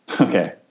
Okay